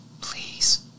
Please